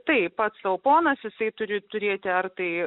tai pats sau ponas jisai turi turėti ar tai